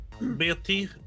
Betty